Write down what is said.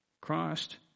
Christ